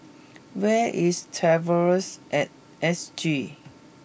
where is Traveller at S G